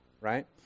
right